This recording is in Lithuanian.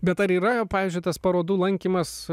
bet ar yra pavyzdžiui tas parodų lankymas